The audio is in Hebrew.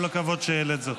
כל הכבוד שהעלית זאת.